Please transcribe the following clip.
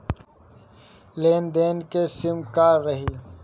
लेन देन के सिमा का रही?